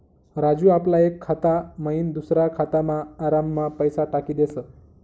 राजू आपला एक खाता मयीन दुसरा खातामा आराममा पैसा टाकी देस